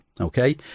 Okay